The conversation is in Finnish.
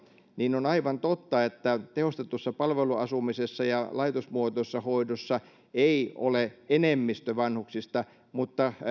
niin on aivan totta että tehostetussa palveluasumisessa ja laitosmuotoisessa hoidossa ei ole enemmistö vanhuksista mutta